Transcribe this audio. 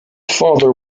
father